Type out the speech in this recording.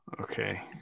Okay